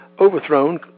overthrown